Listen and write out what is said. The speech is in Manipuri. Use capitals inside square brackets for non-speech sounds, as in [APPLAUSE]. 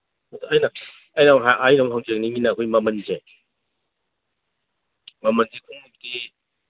ꯑꯩꯅ [UNINTELLIGIBLE] ꯑꯩꯈꯣꯏ ꯃꯃꯟꯁꯦ ꯃꯃꯟꯁꯦ ꯑꯩꯈꯣꯏ ꯍꯥꯏꯕꯗꯤ